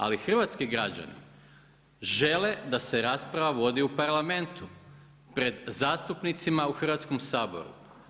Ali hrvatski građani žele da se rasprava vodi u Parlamentu, pred zastupnicima u Hrvatskom saboru.